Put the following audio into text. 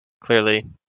Clearly